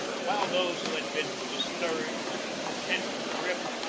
while those who had been discouraged and content to drift,